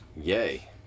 Yay